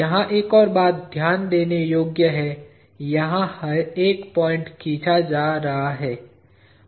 यहां एक और बात ध्यान देने योग्य है यहां हर एक पॉइंट खींचा जा रहा है